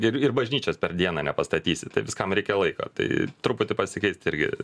ir ir bažnyčios per dieną nepastatysi tai viskam reikia laiko tai truputį pasikeist irgi